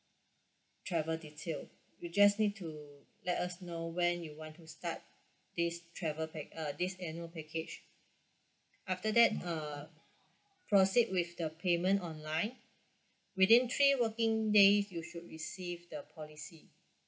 travel detail you just need to let us know when you want to start this travel pack uh this annual package after that uh proceed with the payment online within three working days you should receive the policy